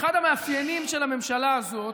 אחד המאפיינים של הממשלה הזאת